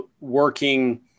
working